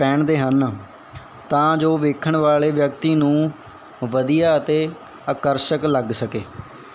ਪਹਿਨਦੇ ਹਨ ਤਾਂ ਜੋ ਵੇਖਣ ਵਾਲੇ ਵਿਅਕਤੀ ਨੂੰ ਵਧੀਆ ਅਤੇ ਆਕਰਸ਼ਕ ਲੱਗ ਸਕੇ